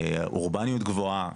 אורבניות גבוהה